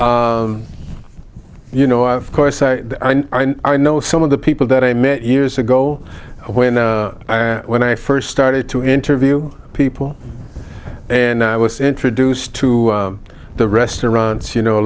here you know of course i know some of the people that i met years ago when when i first started to interview people and i was introduced to the restaurants you know